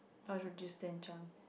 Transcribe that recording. what should be stint on